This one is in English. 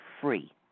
free